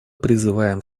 призываем